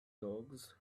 dogs